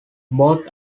both